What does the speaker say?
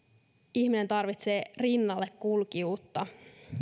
ihminen tarvitsee rinnallakulkijuutta